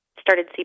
started